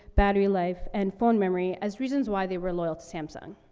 battery life, and phone memory, as reasons why they were loyal to samsung.